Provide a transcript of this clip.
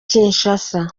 kinshasa